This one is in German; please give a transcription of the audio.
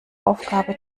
aufgabe